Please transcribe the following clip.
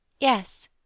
Yes